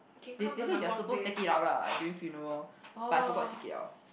they they say you're supposed to take it out lah during funeral but I forgot to take it out